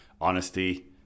honesty